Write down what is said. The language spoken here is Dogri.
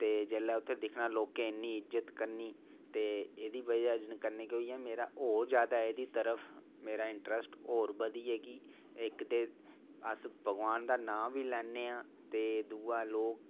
ते जेल्लै उत्थै दिक्खना लोकें इन्नी इज्जत करनी ते एह्दी बजह कन्नै केह् होई गेआ कि मेरा होर जादै एह्दी तरफ मेरा इंटरस्ट होर बधी गेआ कि इक्क ते अस भगवान दा नाम बी लैन्ने आं ते दूआ लोक